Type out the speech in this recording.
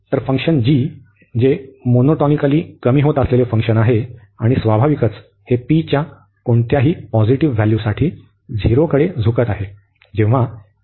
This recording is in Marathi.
इतर फंक्शन g जे मोनोटॉनिकली कमी होत असलेले फंक्शन आहे आणि स्वाभाविकच हे p च्या कोणत्याही पॉझिटिव्ह व्हॅल्यूसाठी झिरोकडे झुकत आहे जेव्हा आहे